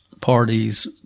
parties